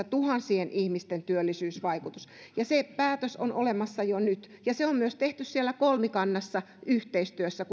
tuhansien ihmisten työllisyysvaikutus ja se päätös on olemassa jo nyt ja se on myös tehty siellä kolmikannassa yhteistyössä